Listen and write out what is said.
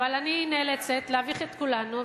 אבל אני נאלצת להביך את כולנו,